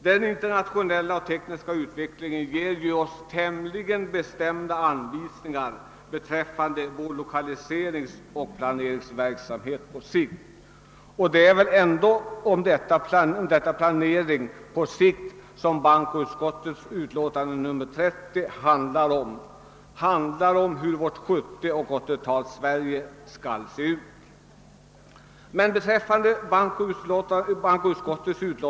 Den internationella och tekniska utvecklingen ger oss tämligen bestämda anvisningar om vår lokaliseringsoch planeringsverksamhet på sikt, och bankoutskottets utlåtande nr 30 handlar just om hur 1970 och 1980-talens Sverige skall se ut.